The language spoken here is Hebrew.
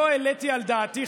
לא העליתי על דעתי,